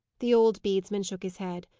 the old bedesman shook his head.